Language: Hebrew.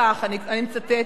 אני מצטטת: